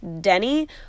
Denny